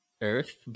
earth